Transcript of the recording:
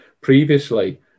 previously